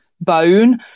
bone